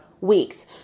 weeks